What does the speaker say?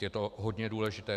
Je to hodně důležité.